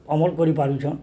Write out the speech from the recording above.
ଅମଳ କରିପାରୁଛନ୍